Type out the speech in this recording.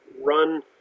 run